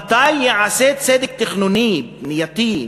מתי ייעשה צדק תכנוני, בנייתי,